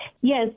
Yes